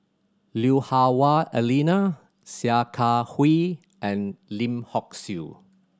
Lui Hah Wah Elena Sia Kah Hui and Lim Hock Siew